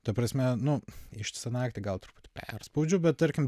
ta prasme nu ištisą naktį gal truputį perspaudžiu bet tarkim